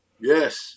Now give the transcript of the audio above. Yes